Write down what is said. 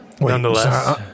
Nonetheless